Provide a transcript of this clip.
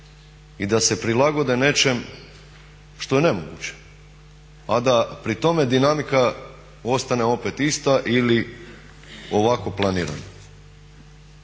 i da se prilagode nečem što je nemoguće a da pri tome dinamika ostane opet ista ili ovako planirana?